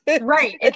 right